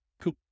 Cool